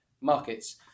markets